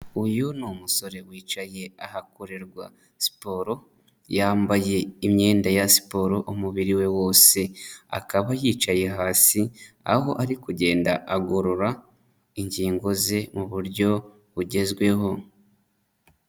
Uyu ni umusore wicaye ahakorerwa siporo, yambaye imyenda ya siporo umubiri we wose, akaba yicaye hasi, aho ari kugenda agorora ingingo ze mu buryo bugezweho.